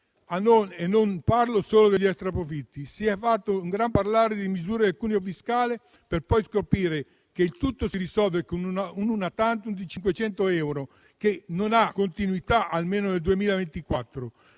non parlo solo degli extraprofitti: si è fatto un gran parlare delle misure sul cuneo fiscale per poi scoprire che il tutto si risolve con una *una tantum* di 500 euro che non ha continuità almeno nel 2024.